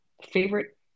Favorite